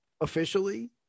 officially